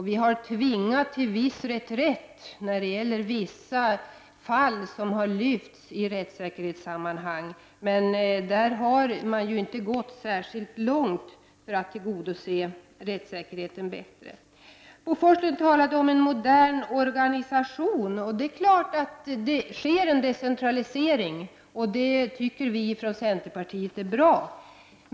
Vi har tvingat socialdemokraterna till viss reträtt i vissa fall i fråga om rättssäkerheten. Men socialdemokraterna har inte gått särskilt långt för att tillgodose rättssäkerheten bättre. Bo Forslund talade om en modern organisation. Det är klart att det sker en decentralisering, vilket vi från centerpartiet tycker är bra.